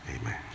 Amen